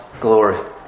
glory